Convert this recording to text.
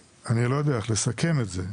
אני לא יודע איך לסכם את זה,